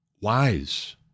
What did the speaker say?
wise